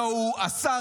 התפרסמה